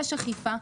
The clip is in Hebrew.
יש אכיפה,